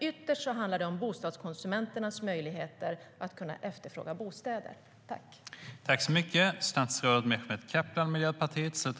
Ytterst handlar det om bostadskonsumenternas möjligheter att efterfråga bostäder.